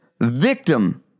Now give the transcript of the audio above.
victim